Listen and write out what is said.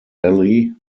ally